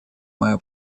мое